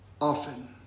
often